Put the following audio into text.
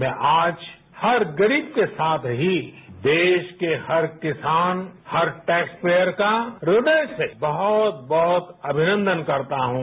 मैं आज हर गरीबके साथ ही देश के हर किसान हर टैक्सपेयरका इदय से बहुत बहुत अभिनंदन करता हूं